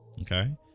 Okay